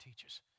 teaches